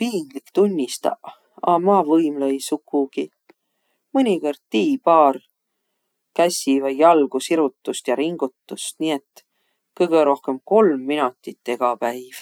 Piinlik tunnistaq, a ma võimlõ-i sukugiq. Mõnikõrd tii paar kässi vai jalgu sirutust ja ringutust, nii et kõgõ rohkõmb kolm minotit egä päiv.